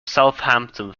southampton